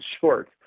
short